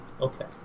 Okay